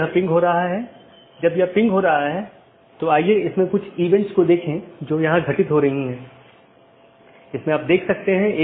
इसलिए यह महत्वपूर्ण है और मुश्किल है क्योंकि प्रत्येक AS के पास पथ मूल्यांकन के अपने स्वयं के मानदंड हैं